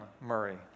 Murray